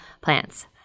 plants